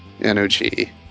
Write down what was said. energy